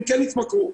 כן יתמכרו.